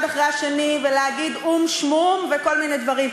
אחרי השני ולהגיד או"ם-שמום וכל מיני דברים.